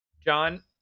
John